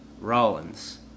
Rollins